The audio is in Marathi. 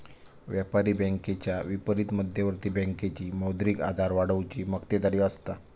व्यापारी बँकेच्या विपरीत मध्यवर्ती बँकेची मौद्रिक आधार वाढवुची मक्तेदारी असता